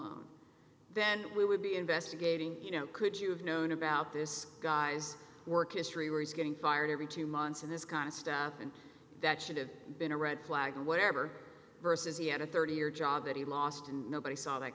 law then we would be investigating you know could you have known about this guy's work history where he's getting fired every two months of this kind of stuff and that should have been a red flag or whatever versus he had a thirty year job that he lost and nobody saw that